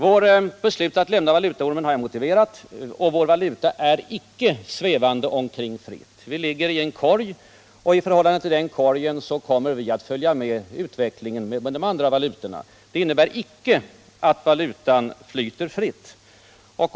Vårt beslut att lämna valutaormen har jag motiverat. Vår valuta svävar icke fritt omkring, utan den ligger i en korg. Vi kommer att följa med i utvecklingen av de andra valutorna i den korgen. Det innebär icke att valutan flyter fritt.